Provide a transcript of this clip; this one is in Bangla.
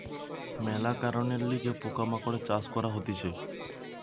মেলা কারণের লিগে পোকা মাকড়ের চাষ করা হতিছে